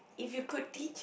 if you could teach